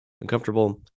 uncomfortable